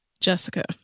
Jessica